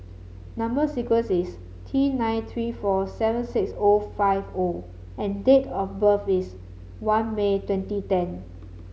number sequence is T nine three four seven six O five O and date of birth is one May twenty ten